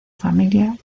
familia